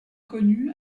connu